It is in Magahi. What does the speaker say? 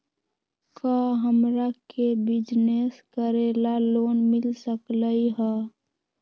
का हमरा के बिजनेस करेला लोन मिल सकलई ह?